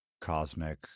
cosmic